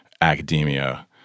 academia